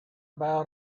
about